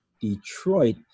Detroit